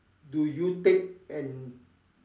do you take and